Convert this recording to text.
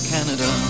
Canada